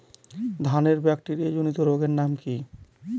ধানের ব্যাকটেরিয়া জনিত রোগের নাম কি?